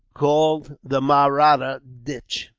called the mahratta ditch.